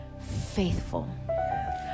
faithful